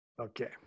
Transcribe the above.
Okay